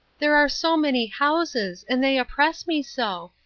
there are so many houses. and they oppress me so.